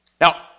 Now